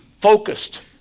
focused